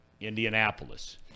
Indianapolis –